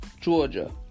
Georgia